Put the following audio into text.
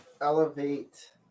elevate